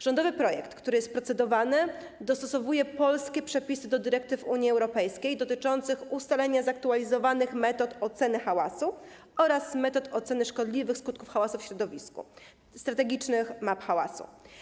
Rządowy projekt, nad którym procedujemy, dostosowuje polskie przepisy do dyrektyw Unii Europejskiej dotyczących ustalenia zaktualizowanych metod oceny hałasu oraz metod oceny szkodliwych skutków hałasu w środowisku, strategicznych map hałasu.